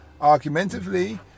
argumentatively